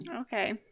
Okay